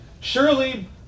Surely